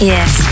Yes